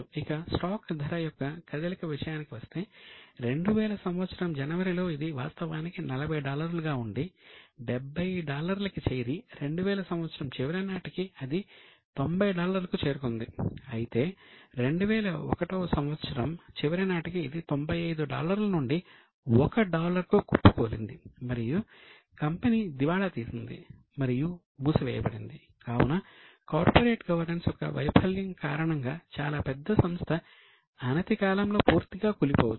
ఇక స్టాక్ ధర యొక్క వైఫల్యం కారణంగా చాలా పెద్ద సంస్థ అనతికాలంలో పూర్తిగా కూలిపోవచ్చు